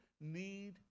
need